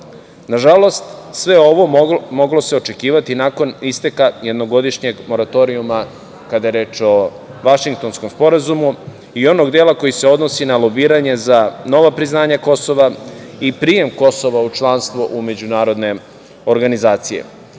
regionu. Nažalost, sve ovo moglo se očekivati nakon isteka jednogodišnjeg moratorijuma kada je reč o Vašingtonskom sporazumu i onog dela koji se odnosi na lobiranje za nova priznanja Kosova i prijem Kosova u članstvo u međunarodne organizacije. Srbija